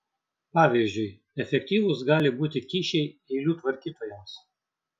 pavyzdžiui efektyvūs gali būti kyšiai eilių tvarkytojams